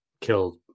killed